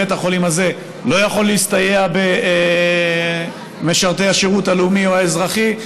בית החולים הזה לא יכול להסתייע במשרתי השירות הלאומי או האזרחי,